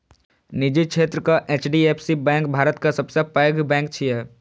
निजी क्षेत्रक HDFC bank भारतक सबसं पैघ बैंक छियै